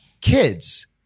kids